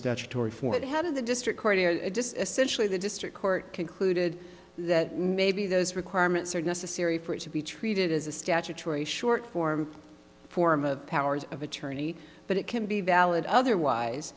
statutory for it had of the district court of essential in the district court concluded that maybe those requirements are necessary for it to be treated as a statutory short form form of powers of attorney but it can be valid otherwise